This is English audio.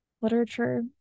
literature